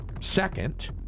second